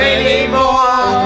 anymore